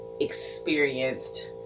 experienced